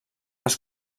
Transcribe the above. les